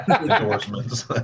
endorsements